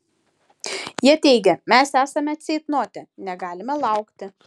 jie teigia mes esame ceitnote negalime laukti